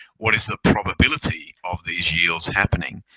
what is the probability of these yields happening.